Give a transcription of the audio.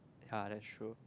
ya that's true